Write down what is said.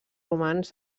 romans